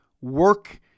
work